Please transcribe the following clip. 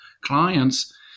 clients